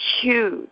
huge